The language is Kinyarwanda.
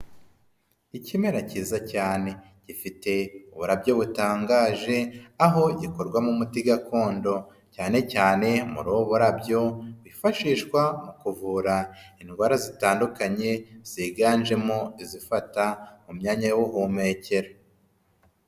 Ikimera cyiza cyane gifite uburabyo butangaje aho gikorwamo umuti gakondo, cyane cyane muri ubu burabyo wifashishwa mu kuvura indwara zitandukanye ziganjemo izifata mu myanya y'ubuhumekero.